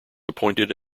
appointed